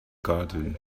garden